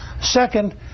Second